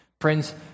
Friends